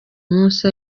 munsi